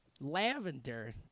Lavender